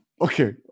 Okay